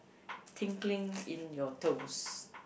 tingling in your toes